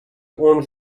عمر